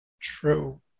true